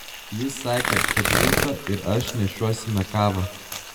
jis sakė kad rūta ir aš nešiosime kavą